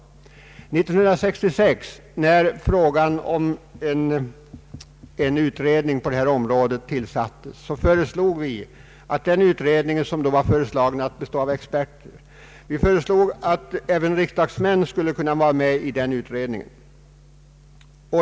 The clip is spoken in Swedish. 1966 när frågan om en utredning om atomenergipolitiken diskuterades föreslog vi att den utredningen, som då var föreslagen att bestå av experter, även skulle innehålla riksdagsmän.